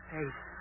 Face